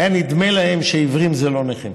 והיה נדמה להם שעיוורים זה לא נכים.